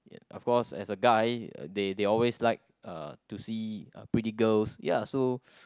ya of course as a guy they they always like uh to see uh pretty girls ya so